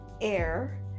Air